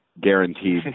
guaranteed